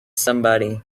somebody